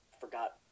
forgot